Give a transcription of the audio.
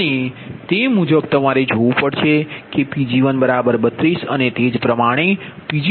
અને તે મુજબ તમારે જોવું પડશે કે Pg1 32 અને તે જ પ્રમાણે Pg222MWછે